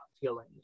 feeling